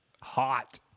Hot